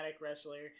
wrestler